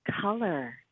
color